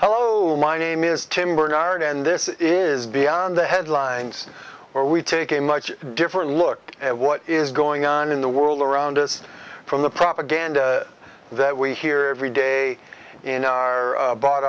hello my name is tim barnard and this is beyond the headlines or we take a much different look at what is going on in the world around us from the propaganda that we hear every day in our bought